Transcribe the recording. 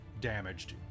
damaged